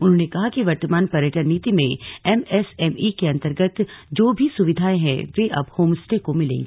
उन्होंने कहा कि वर्तमान पर्यटन नीति में एम एसएमई के अंतर्गत जो भी सुविधाएं है वे अब होमस्टे को मिलेंगी